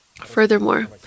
Furthermore